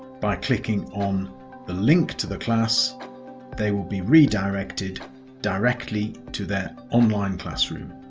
by clicking on the link to the class they will be redirected directly to their online classroom.